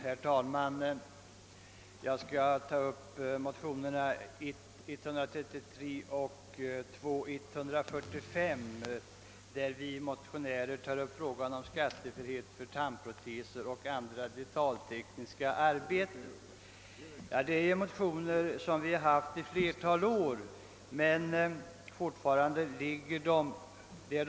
Herr talman! Jag skall beröra motionerna I:133 och II:145, vari motionärerna tar upp frågan om skattefrihet för tandproteser och andra dentaltekniska arbeten. Dessa motioner har väckts under ett flertal år, men de har inte gett något resultat.